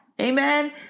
Amen